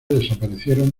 desaparecieron